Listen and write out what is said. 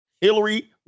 Hillary